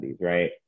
right